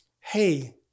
Hey